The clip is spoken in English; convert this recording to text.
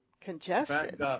congested